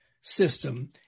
system